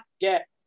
get